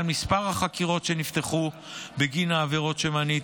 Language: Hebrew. מספר החקירות שנפתחו בגין העבירות שמניתי,